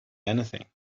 anything